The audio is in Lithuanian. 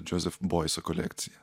džozef boiso kolekciją